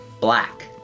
Black